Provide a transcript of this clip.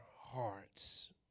hearts